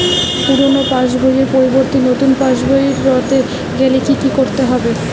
পুরানো পাশবইয়ের পরিবর্তে নতুন পাশবই ক রতে গেলে কি কি করতে হবে?